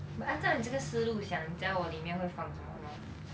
but 按照你这个思路想你知道我里面会放什么 mah